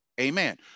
amen